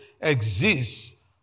exists